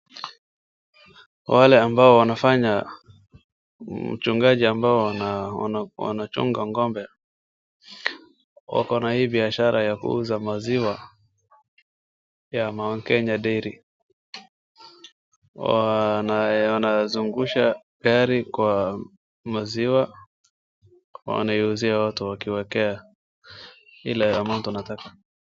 Wale ambao wanafanya uchungaji ambao wanachunga ng`ombe wakona hii biashara ya kuuza maziwa ya mount kenya diary. Wanazungusha maziwa kwa gari wanawauzia watu wakiwaekea ile amount wanataka.